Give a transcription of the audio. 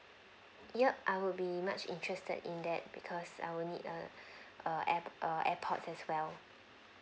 yup I will be much interested in that because I will need a a air~ err airpods as well